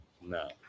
No